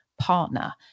partner